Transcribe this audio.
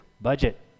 budget